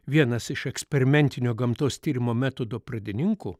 vienas iš eksperimentinio gamtos tyrimo metodo pradininkų